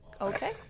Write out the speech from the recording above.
Okay